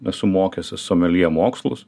esu mokęsis someljė mokslus